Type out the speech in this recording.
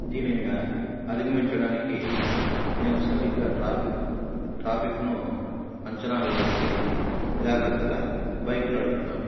దీనిని అధిగమించడానికి నేను సరిగ్గా ట్రాఫిక్ ట్రాఫిక్ను అంచనా వేసి జాగ్రత్తగా బైక్ నడుపుతాను